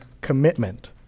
commitment